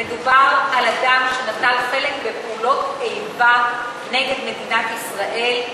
מדובר על אדם שנטל חלק בפעולות איבה נגד מדינת ישראל,